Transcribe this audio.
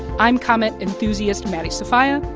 i'm comet enthusiast maddie sofia.